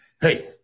Hey